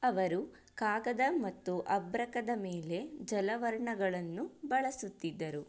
ಅವರು ಕಾಗದ ಮತ್ತು ಅಭ್ರಕದ ಮೇಲೆ ಜಲವರ್ಣಗಳನ್ನು ಬಳಸುತ್ತಿದ್ದರು